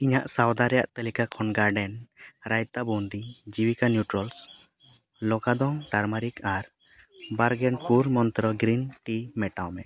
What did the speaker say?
ᱤᱧᱟᱹᱜ ᱥᱚᱭᱫᱟ ᱨᱮᱭᱟᱜ ᱛᱟᱹᱞᱤᱠᱟ ᱠᱷᱚᱱ ᱟᱨ ᱵᱟᱨᱜᱮᱞ ᱢᱮᱴᱟᱣ ᱢᱮ